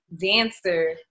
dancer